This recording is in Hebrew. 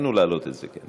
והתחלנו להעלות את זה.